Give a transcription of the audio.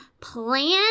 plan